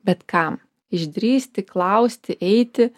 bet kam išdrįsti klausti eiti